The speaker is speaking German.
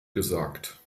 gesagt